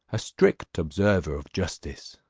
a strict observer of justice,